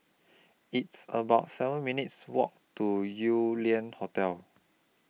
It's about seven minutes' Walk to Yew Lian Hotel